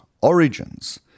Origins